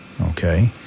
okay